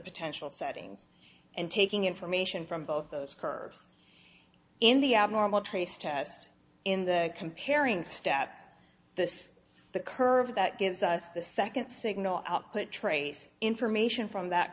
potential settings and taking information from both those curves in the abnormal trace test in the comparing stat this is the curve that gives us the second signal output trace information from that